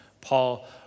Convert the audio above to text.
Paul